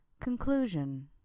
Conclusion